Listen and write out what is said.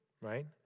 Right